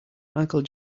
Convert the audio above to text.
michael